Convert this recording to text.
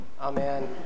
amen